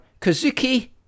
Kazuki